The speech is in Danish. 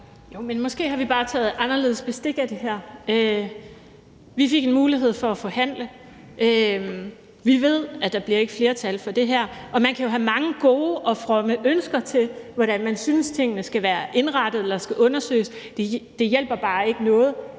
(SF): Måske har vi bare taget anderledes bestik af det her. Vi fik en mulighed for at forhandle. Vi ved, at der ikke bliver flertal for det her, og man kan jo have mange gode og fromme ønsker til, hvordan man synes tingene skal være indrettet eller skal undersøges. Det hjælper bare ikke noget,